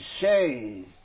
Say